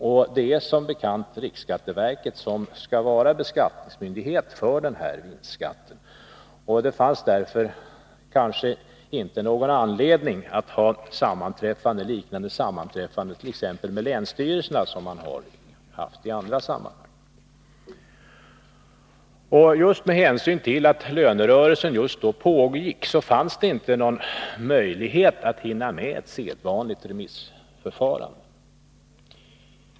Det är som bekant riksskatteverket som skall vara beskattningsmyndighet för vinstskatten. Det fanns därför inte någon anledning att ha sammanträffanden med t.ex. länsstyrelserna, liknande dem man haft i andra sammanhang. Med hänsyn till att lönerörelsen just då pågick fanns det inte någon möjlighet att hinna med ett sedvanligt remissförfarande.